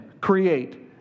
Create